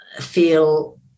feel